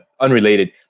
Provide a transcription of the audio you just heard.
Unrelated